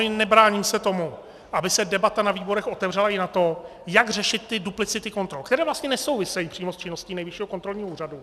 A samozřejmě nebráním se tomu, aby se debata na výborech otevřela i na to, jak řešit ty duplicity kontrol, které vlastně nesouvisejí s činností Nejvyššího kontrolního úřadu.